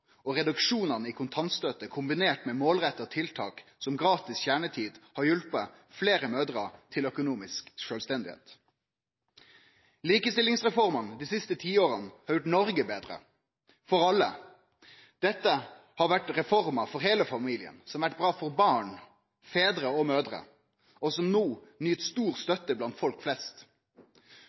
heimebane. Reduksjonane i kontantstøtte, i kombinasjon med målretta tiltak som gratis kjernetid, har hjelpt fleire mødrer til økonomisk sjølvstende. Likestillingsreformene dei siste ti åra har gjort Noreg betre for alle. Dette har vore reformer for heile familien. Dei har vore bra for barn, fedrar og mødrer og nyt no stor støtte blant folk flest.